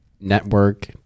network